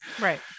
Right